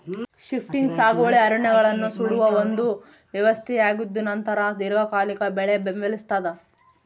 shifting ಸಾಗುವಳಿ ಅರಣ್ಯಗಳನ್ನು ಸುಡುವ ಒಂದು ವ್ಯವಸ್ಥೆಯಾಗಿದ್ದುನಂತರ ದೀರ್ಘಕಾಲಿಕ ಬೆಳೆ ಬೆಂಬಲಿಸ್ತಾದ